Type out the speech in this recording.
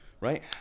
Right